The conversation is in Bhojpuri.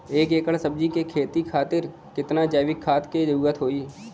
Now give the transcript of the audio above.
एक एकड़ सब्जी के खेती खातिर कितना जैविक खाद के जरूरत होई?